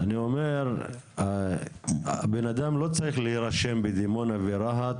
אני אומר הבנאדם לא צריך להירשם בדימונה ורהט